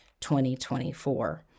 2024